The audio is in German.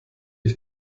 ich